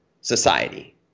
society